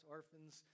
Orphans